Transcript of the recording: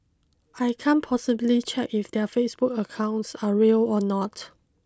I can't possibly check if their Facebook accounts are real or not